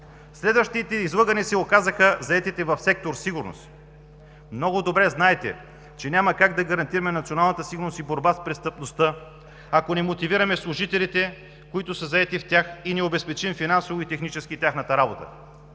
Следващите излъгани се оказаха заетите в сектор „Сигурност“. Много добре знаете, че няма как да гарантираме националната сигурност и борба с престъпността, ако не мотивираме служителите, които са заети в тях, и не обезпечим финансово и технически тяхната работа.